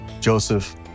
Joseph